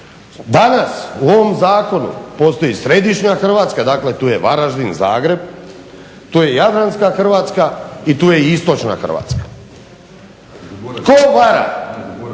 Danas u ovom zakonu postoji središnja Hrvatska, dakle tu je Varaždin, Zagreb. Tu je i jadranska Hrvatska i tu je i istočna Hrvatska. Tko vara